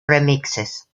remixes